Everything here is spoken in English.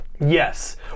yes